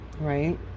right